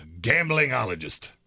gamblingologist